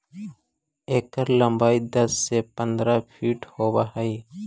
एकर लंबाई दस से पंद्रह फीट होब हई